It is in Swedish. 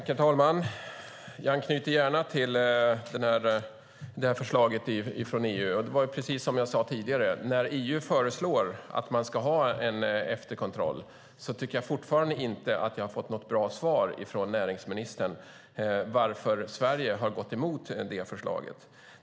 Herr talman! Jag anknyter gärna till detta förslag från EU. Precis som jag sade tidigare har jag inte fått något bra svar från näringsministern om varför Sverige har gått emot EU:s förslag om en efterkontroll.